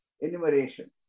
enumeration